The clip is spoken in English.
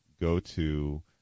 go-to